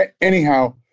Anyhow